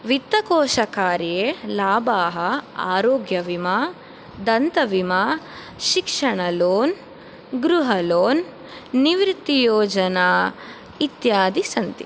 वित्तकोशकार्ये लाभाः आरोग्यबीमा दन्तबीमा शिक्षणलोन् गृहलोन् निवृत्तियोजना इत्यादि सन्ति